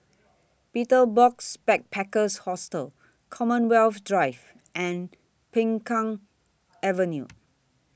Betel Box Backpackers Hostel Commonwealth Drive and Peng Kang Avenue